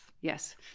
Yes